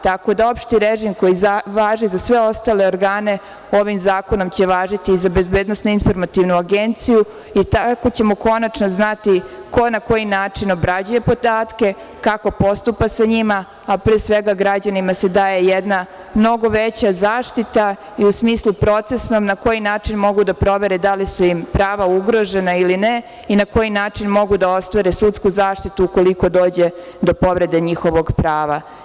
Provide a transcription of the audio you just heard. Tako da, opšti režim koji važi za sve ostale organe, ovim zakonom će važiti i za BIA, i tako ćemo konačno znati ko na koji način obrađuje podatke, kako postupa sa njima, a pre svega građanima se daje jedna mnogo veća zaštita i u smislu procesnom, na koji način mogu da provere da li su im prava ugrožena ili ne, i na koji način mogu da ostvare sudsku zaštitu ukoliko dođe do povrede njihovog prava.